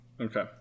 Okay